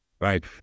right